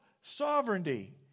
sovereignty